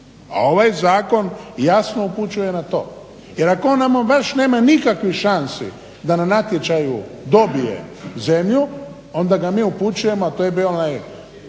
A ovaj zakon jasno upućuje na to, jer ako on nama baš nema nikakvih šansi da na natječaju dobije zemlju, onda ga mi upućujemo, a to je bio onaj